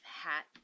hat